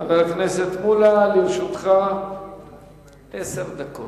חבר הכנסת מולה, לרשותך עשר דקות.